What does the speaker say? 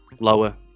Lower